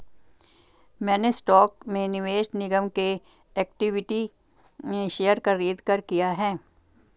मैंने स्टॉक में निवेश निगम के इक्विटी शेयर खरीदकर किया है